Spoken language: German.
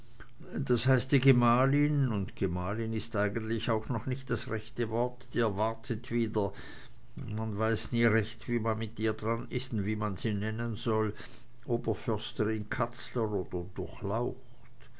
das heißt die gemahlin und gemahlin is eigentlich auch noch nicht das rechte wort die erwartet wieder man weiß nie recht wie man mit ihr dran ist und wie man sie nennen soll oberförsterin katzler oder